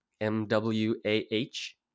M-W-A-H